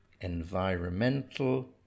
environmental